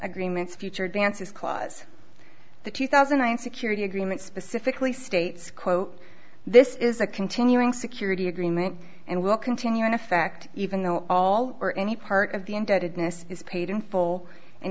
agreements future advances clause the two thousand and nine security agreement specifically states quote this is a continuing security agreement and will continue in effect even though all or any part of the indebtedness is paid in full and